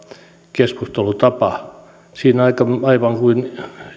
keskustelutapa siinä aivan kuin